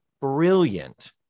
brilliant